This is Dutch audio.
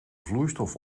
vloeistof